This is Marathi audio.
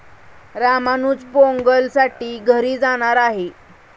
रामानुज पोंगलसाठी घरी जाणार आहे